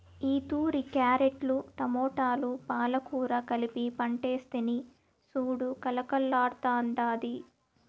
ఈతూరి క్యారెట్లు, టమోటాలు, పాలకూర కలిపి పంటేస్తిని సూడు కలకల్లాడ్తాండాది